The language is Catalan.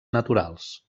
naturals